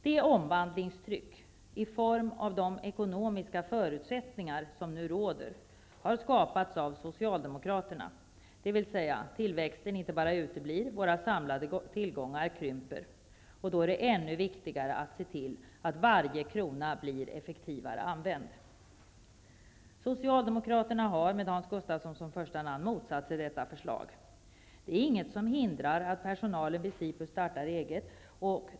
Det omvandlingstryck i form av de ekonomiska förutsättningar som nu råder har skapats av socialdemokraterna -- det är inte bara så att tillväxten uteblir, utan våra samlade tillgångar krymper. Det är då ännu viktigare att se till att varje krona blir effektivare använd. Socialdemokraterna har med Hans Gustafsson som första namn motsatt sig detta förslag. Det är inget som hindrar att personalen vid SIPU startar eget.